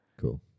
Cool